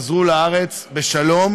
חזרו לארץ בשלום